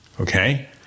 Okay